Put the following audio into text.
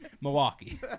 Milwaukee